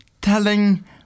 telling